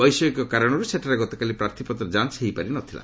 ବୈଷୟିକ କାରଣରୁ ସେଠାରେ ଗତକାଲି ପ୍ରାର୍ଥୀପତ୍ର ଯାଞ୍ଚ ହୋଇପାରିନଥିଲା